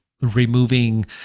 removing